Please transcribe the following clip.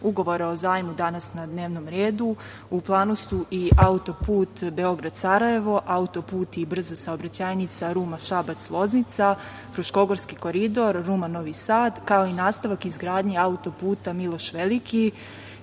Ugovora o zajmu danas na dnevnom redu, u planu si i autoput Beograd-Sarajevo, autoput i brza saobraćajnica Ruma-Šabac-Loznica, Fruškogorski koridor, Ruma-Novi Sad, kao i nastavak izgradnji autoputa "Miloš Veliki",